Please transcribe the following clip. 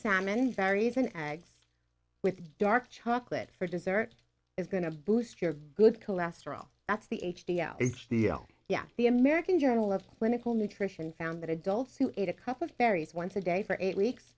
salmon varies in eggs with dark chocolate for dessert is going to boost your good cholesterol that's the h d l it's the yeah the american journal of clinical nutrition found that adults who ate a cup of berries once a day for eight weeks